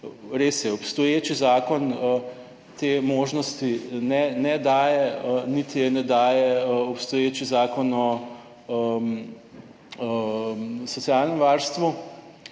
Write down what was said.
res je, obstoječi zakon te možnosti ne daje niti je ne daje obstoječi Zakon o socialnem varstvu,